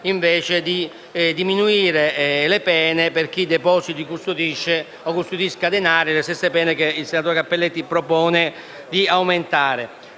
di diminuire le pene per chi deposita o custodisce denaro: si tratta delle stesse pene che il senatore Cappelletti propone di aumentare.